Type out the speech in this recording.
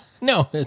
No